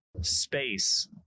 space